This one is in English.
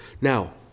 Now